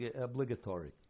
obligatory